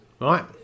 right